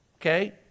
Okay